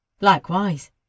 Likewise